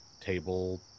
table